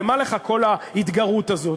למה לך כל ההתגרות הזאת?